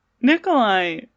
Nikolai